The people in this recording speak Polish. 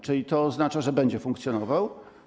Czy to oznacza, że będzie funkcjonował?